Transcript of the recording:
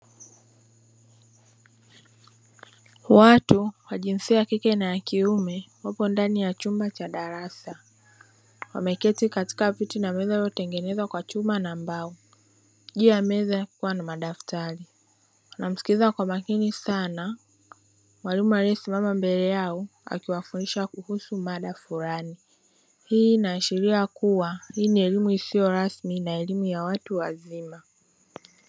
Watu wa jinsia ya kike na ya kiume wapo ndani ya chumba cha darasa wameketi katika viti na meza vilivyotengenezwa kwa chuma na mbao, juu ya meza kukiwa na madaftari, wanamsikiliza kwa makini sana mwalimu aliyesimama mbele yao akiwafundisha kuhusu mada fulani, hii ina ashiria kuwa hii ni elimu isiyo rasmi na elimu ya watu wazima.